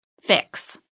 fix